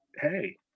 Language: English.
hey